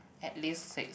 at least six